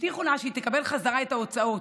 הבטיחו לה שהיא תקבל חזרה את ההוצאות.